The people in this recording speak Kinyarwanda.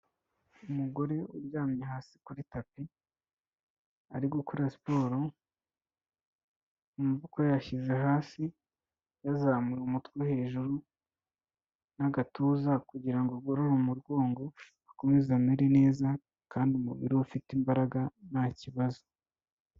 Umugore uryamye hasi kuri tapi ,ari gukora siporo, amaboko yayashyize hasi, yazamuye umutwe hejuru, n'agatuza kugira ngo agorore umugongo, akomeze amere neza, kandi umubiri we ufite imbaraga ntakibazo.